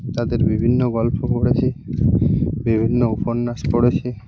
তাদের বিভিন্ন গল্প পড়েছি বিভিন্ন উপন্যাস পড়েছি